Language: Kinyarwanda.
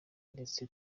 ndetse